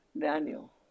Daniel